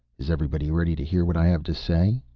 is everybody ready to hear what i have to say?